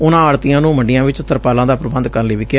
ਉਨਾਂ ਆੜਤੀਆਂ ਨੂੰ ਮੰਡੀਆਂ ਵਿਚ ਤਰਪਾਲਾਂ ਦਾ ਪ੍ਰਬੰਧ ਕਰਨ ਲਈ ਵੀ ਕਿਹਾ